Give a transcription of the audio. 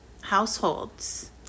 households